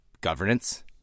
governance